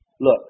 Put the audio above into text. Look